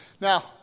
Now